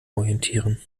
orientieren